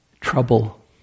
Trouble